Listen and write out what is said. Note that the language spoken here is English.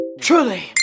Truly